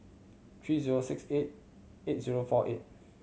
three zero six eight eight zero four eight